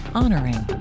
honoring